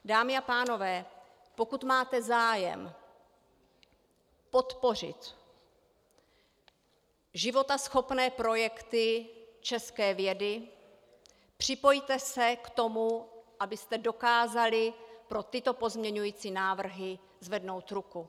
Dámy a pánové, pokud máte zájem podpořit životaschopné projekty české vědy, připojte se k tomu, abyste dokázali pro tyto pozměňovací návrhy zvednout ruku.